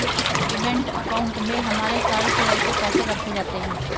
demat account में हमारे सारे शेयर के पैसे रखे जाते हैं